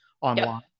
online